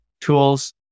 tools